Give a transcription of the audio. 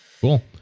Cool